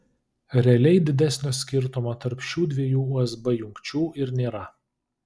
realiai didesnio skirtumo tarp šių dviejų usb jungčių ir nėra